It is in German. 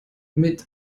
mit